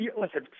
Listen